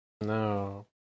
No